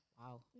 Wow